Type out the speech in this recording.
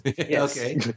Okay